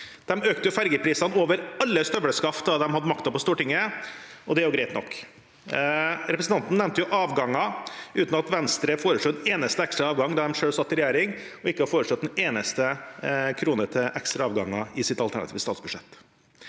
17) økte ferjeprisene over alle støvelskaft da de hadde makten på Stortinget, og det er jo greit nok. Representanten nevnte avganger, uten at Venstre foreslo en eneste ekstra avgang da de selv satt i regjering, og Venstre har ikke foreslått en eneste krone til ekstra avganger i sitt alternative statsbudsjett.